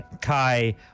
Kai